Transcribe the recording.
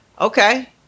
Okay